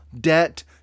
debt